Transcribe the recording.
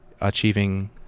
achieving